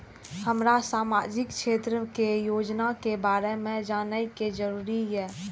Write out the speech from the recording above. हमरा सामाजिक क्षेत्र के योजना के बारे में जानय के जरुरत ये?